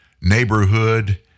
neighborhood